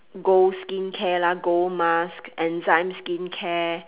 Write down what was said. gold skincare lah gold mask enzyme skincare